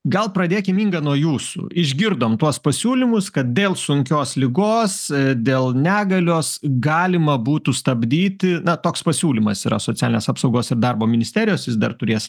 gal pradėkim inga nuo jūsų išgirdom tuos pasiūlymus kad dėl sunkios ligos dėl negalios galima būtų stabdyti na toks pasiūlymas yra socialinės apsaugos ir darbo ministerijos jis dar turės